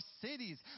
cities